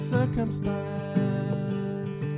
Circumstance